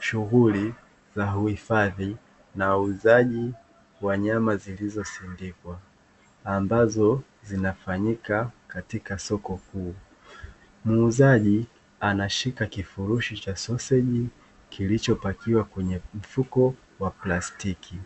Shughuli za uhifadhi na uuzaji wa nyama zilizosindikwa, ambazo zinafanyika katika soko kuu. Muuzaji anashika kifurushi cha soseji kilichopakiwa kwenye mfuko wa plastiki.